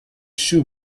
shoe